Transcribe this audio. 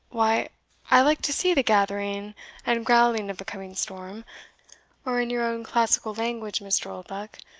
why i like to see the gathering and growling of a coming storm or, in your own classical language, mr. oldbuck,